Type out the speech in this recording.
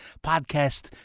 podcast